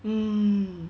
um